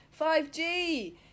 5G